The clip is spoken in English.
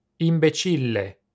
Imbecille